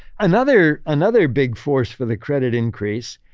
another another big force for the credit increase,